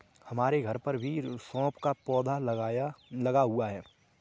हमारे घर पर भी सौंफ का पौधा लगा हुआ है